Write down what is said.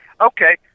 okay